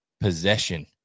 possession